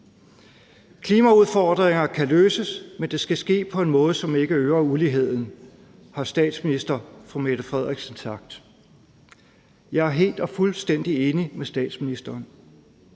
Klimaudfordringer kan løses, men det skal ske på en måde, som ikke øger uligheden, har statsministeren sagt. Jeg er helt og fuldstændig enig med statsministeren.